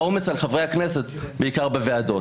העומס על חברי הכנסת בעיקר בוועדות.